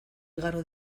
igaro